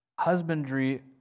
Husbandry